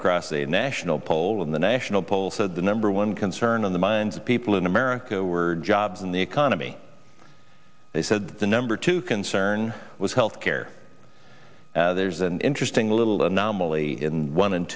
across a national poll and the national poll said the number one concern on the minds of people in america were jobs in the economy they said the number two concern was health care there's an interesting little anomaly in one and